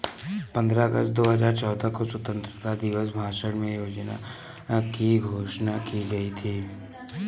पन्द्रह अगस्त दो हजार चौदह को स्वतंत्रता दिवस भाषण में योजना की घोषणा की गयी थी